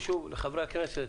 ושוב, חברי הכנסת,